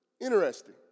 Interesting